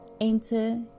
enter